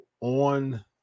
on